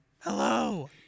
Hello